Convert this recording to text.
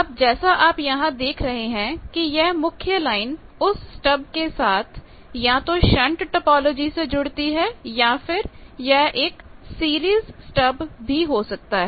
अब जैसा आप यहां देख रहे हैं कि यह मुख्य लाइन उस स्टब के साथ या तो शंट टोपोलॉजी से जुड़ती है या फिर यह एक सीरीज स्टब भी हो सकता है